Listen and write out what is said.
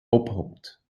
ophoopt